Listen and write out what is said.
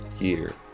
year